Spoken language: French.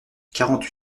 quarante